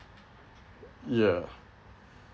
ya